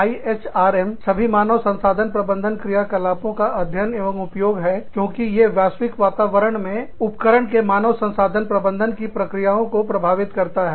IHRM सभी मानव संसाधन प्रबंधन क्रियाकलापों का अध्ययन एवं उपयोग है क्योंकि ये वैश्विक वातावरण में उपक्रम के मानव संसाधन प्रबंधन के प्रक्रियाओं को प्रभावित करता है